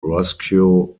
roscoe